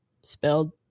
spelled